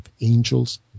angels